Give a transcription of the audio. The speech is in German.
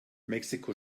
mexiko